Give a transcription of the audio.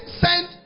sent